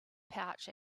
pouch